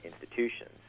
institutions